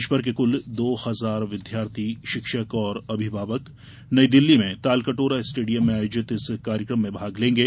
देश भर के कुल दो हजार विद्यार्थी शिक्षक और अभिभावक नई दिल्ली में तालकटोरा स्टेडियम में आयोजित इस कार्यक्रम में भाग लेंगे